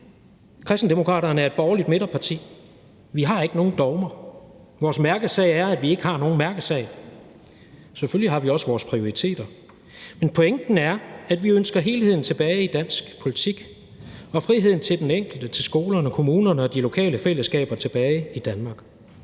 Kristendemokraterne er et borgerligt midterparti. Vi har ikke nogen dogmer, vores mærkesag er, at vi ikke har nogen mærkesag. Selvfølgelig har vi også vores prioriteter, men pointen er, at vi ønsker helheden tilbage i dansk politik og friheden til den enkelte, skolerne, kommunerne og de lokale fællesskaber tilbage i Danmark.